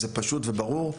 זה פשוט וברור,